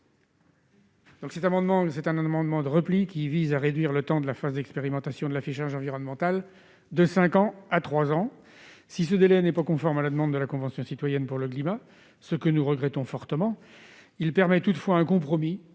M. Joël Bigot. Cet amendement de repli vise à réduire le temps de la phase d'expérimentation de l'affichage environnemental de cinq à trois ans. Si ce délai n'est pas conforme à la demande de la Convention citoyenne pour le climat, ce que nous regrettons fortement, il représente toutefois un compromis